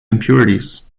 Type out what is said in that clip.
impurities